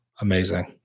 amazing